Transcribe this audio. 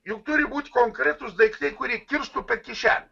juk turi būt konkretūs daiktai kurie kirstų per kišenę